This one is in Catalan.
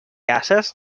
ases